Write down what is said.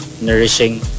nourishing